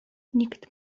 nikt